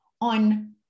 on